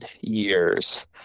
years